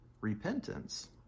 repentance